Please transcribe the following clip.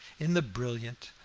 in the brilliant,